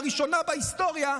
לראשונה בהיסטוריה,